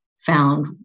found